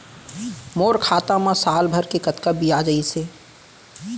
मोर खाता मा साल भर के कतका बियाज अइसे?